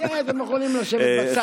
אתם יכולים לשבת בצד,